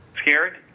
Scared